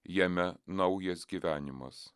jame naujas gyvenimas